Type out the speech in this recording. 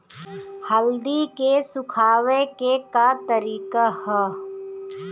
हल्दी के सुखावे के का तरीका ह?